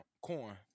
corn